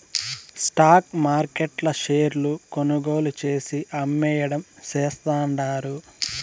stock మార్కెట్ల షేర్లు కొనుగోలు చేసి, అమ్మేయడం చేస్తండారు